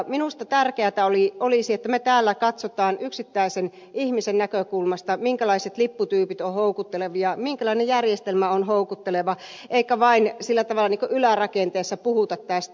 minusta tärkeätä olisi että me täällä katsomme yksittäisen ihmisen näkökulmasta minkälaiset lipputyypit ovat houkuttelevia minkälainen järjestelmä on houkutteleva eikä vain sillä tavalla ylärakenteessa puhuta tästä